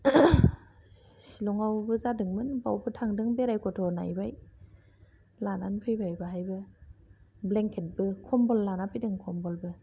सिलंआवबो जादोंमोन बावबो थांदों बेरायथावथाव नाबाय लानानै फैबाय बाहायबो ब्लेंकेटबो खम्बल लाना फैदों खम्बलबो